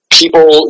people